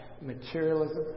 materialism